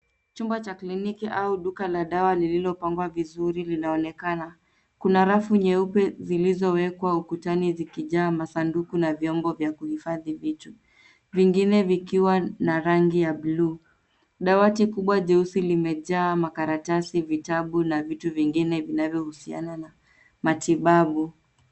Chumba cha kliniki au duka la dawa lililopangwa vizuri linaonekana. Kuna rafu nyeupe zilizowekwa ukutani zikijaa masanduku na vyombo vya kuhifadhi vitu. vingine vikiwa na rangi ya blue .Dawati kubwa jeusi limejaa makaratasi ,vitabu na vitu vingine vinayo husiana na matibabu.